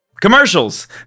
Commercials